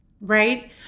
right